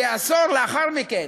כעשור לאחר מכן,